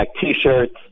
t-shirts